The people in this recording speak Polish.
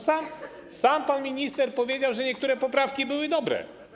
Sam pan minister powiedział, że niektóre poprawki były dobre.